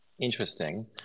interesting